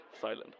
silent